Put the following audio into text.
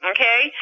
Okay